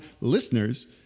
listeners